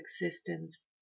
existence